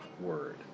word